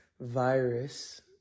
virus